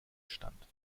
stand